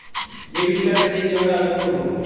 Debit card পেতে কিভাবে আবেদন করব?